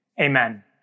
amen